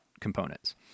components